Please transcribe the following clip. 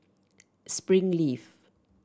springleaf